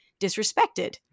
disrespected